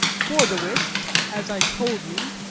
for the which, as i told you,